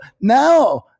now